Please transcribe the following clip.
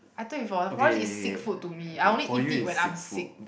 I tell you before porridge is sick food to me I only eat it when I'm sick